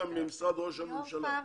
משרד ראש הממשלה, ליאור פרבר.